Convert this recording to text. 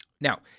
Now